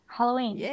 Halloween